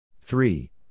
Three